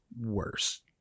worse